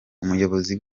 umuyobozi